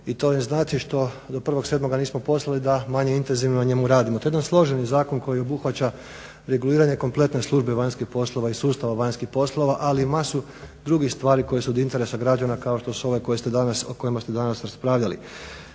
i to je znate što do 1.7. nismo poslali da manje intenzivno na njemu radimo. To je jedan složeni zakon koji obuhvaća reguliranje kompletne službe vanjskih poslova i sustava vanjskih poslova ali i masu drugih stvari koje su od interesa građana kao što su ovaj o kojima ste danas raspravljali.